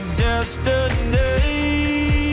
destiny